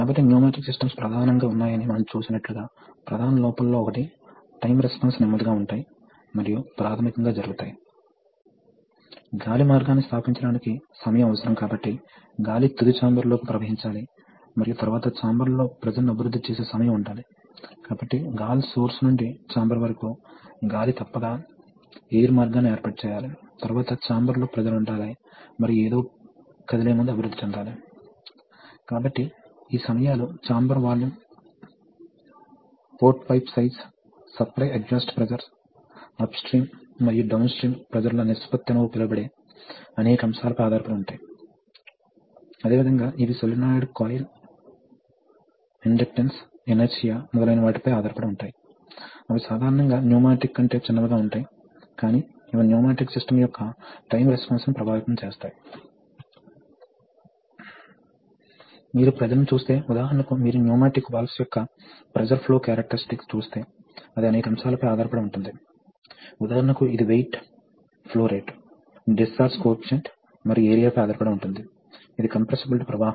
తదుపరి cylinder J retract అవుతుంది ఇప్పుడు మీరు సోలేనోయిడ్ ను కదిలించారు మరియు వాస్తవంగా దీనిని ఈ పాయింట్ తో అనుసంధానించాలి మరియు ఈ పంపు ను ఈ బిందువుతో అనుసంధానించాలి కాబట్టి ఇప్పుడు పంపు ప్రవాహం ఇలా అనుసంధానించబడి ఉంది దీని గుండా వెళుతుంది సిలిండర్ J ఉపసంహరించుకుంటుంది దీని ద్వారా ప్రవహిస్తుంది ఉచిత ప్రవాహాన్ని ప్రవహిస్తుంది వాల్వ్ను తనిఖీ చేస్తుంది మరియు దీని గుండా పంప్ ట్యాంక్ కి వెళుతుంది సిలిండర్ J రెట్రాక్ట్ అవుతుంది